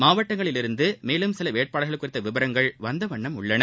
மாவட்டங்களிலிருந்து மேலும் சில வேட்பாளர்கள் குறித்த விவரங்கள் வந்த வண்ணம் உள்ளன